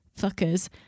fuckers